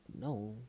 no